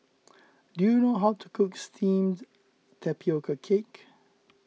do you know how to cook Steamed Tapioca Cake